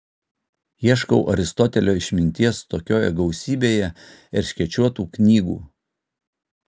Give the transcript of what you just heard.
ieškau aristotelio išminties tokioje gausybėje erškėčiuotų knygų